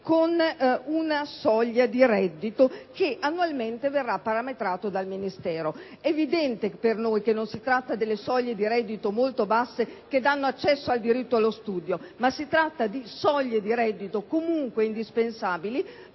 ad una soglia di reddito che annualmente verra parametrata dal Ministero. E[] evidente che non si tratta delle soglie di reddito molto basse, le quali danno accesso al diritto allo studio, bensı di quelle soglie comunque indispensabili